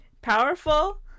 Powerful